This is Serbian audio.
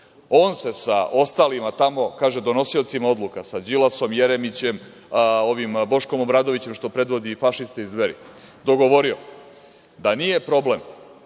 on se sa ostalima tamo, kaže, donosiocima odluka, sa Đilasom, Jeremićem, Boškom Obradovićem što predvodi fašiste iz Dveri, dogovorio da nije problem